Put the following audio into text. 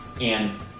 and-